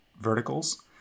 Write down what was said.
verticals